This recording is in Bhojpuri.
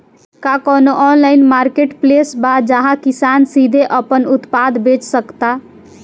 का कोनो ऑनलाइन मार्केटप्लेस बा जहां किसान सीधे अपन उत्पाद बेच सकता?